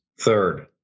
third